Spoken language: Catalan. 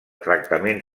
tractament